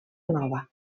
nova